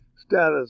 status